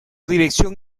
dirección